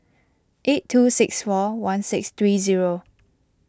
eight two six four one six three zero